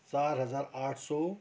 चार हजार आठ सय